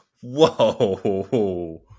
whoa